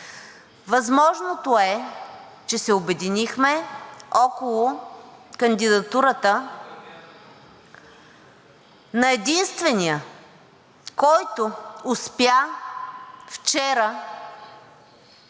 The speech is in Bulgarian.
Възможното е, че се обединихме около кандидатурата на единствения, който успя вчера